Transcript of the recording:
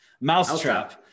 Mousetrap